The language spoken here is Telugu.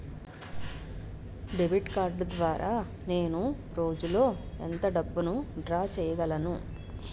డెబిట్ కార్డ్ ద్వారా నేను రోజు లో ఎంత డబ్బును డ్రా చేయగలను?